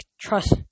trust